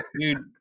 dude